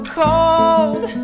cold